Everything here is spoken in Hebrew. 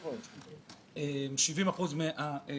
70% מגיעים אלינו.